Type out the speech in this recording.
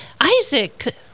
Isaac